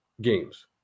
games